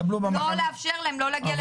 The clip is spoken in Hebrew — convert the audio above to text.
לא לאפשר להם לא להגיע לבית משפט.